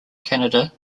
canada